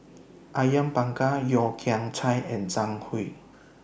Awang Bakar Yeo Kian Chai and Zhang Hui